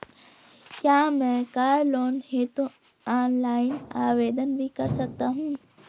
क्या मैं car loan हेतु ऑनलाइन आवेदन भी कर सकता हूँ?